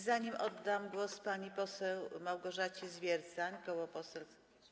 Zanim oddam głos pani poseł Małgorzacie Zwiercan, koło poselskie.